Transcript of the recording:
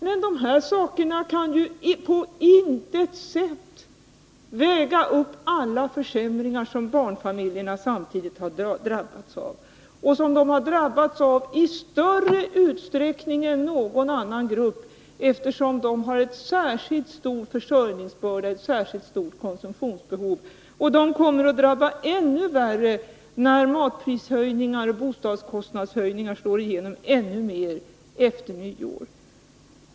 Men de här sakerna kan på intet sätt väga upp alla försämringar som barnfamiljerna samtidigt har drabbats av och som de har drabbats av i större utsträckning än någon annan grupp, eftersom de har en särskilt stor försörjningsbörda, ett särskilt stort konsumtionsbehov. Och de kommer att drabbas ännu värre när matprishöjningar och bostadskostnadshöjningar slår igenom efter nyår.